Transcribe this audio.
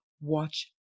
watch